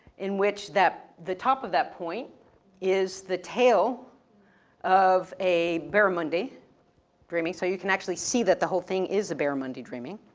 in which that the top of that point is the tail of a barramundi dreaming, so you can actually see that the whole thing is a barramundi dreaming.